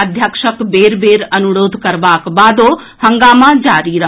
अध्यक्षक बेर बेर अनुरोध करबाक बादो हंगामा जारी रहल